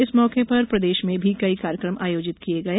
इस मौके पर प्रदेश में भी कई कार्यक्रम आयोजित किये गये